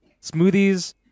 Smoothies